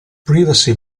privacy